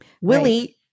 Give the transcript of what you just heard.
Willie